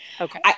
Okay